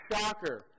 shocker